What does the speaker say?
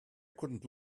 couldn’t